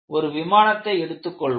ஒரு விமானத்தை எடுத்துக்கொள்வோம்